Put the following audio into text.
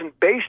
based